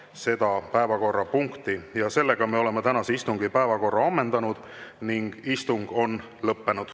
seda päevakorrapunkti. Seega me oleme tänase istungi päevakorra ammendanud ning istung on lõppenud.